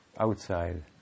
outside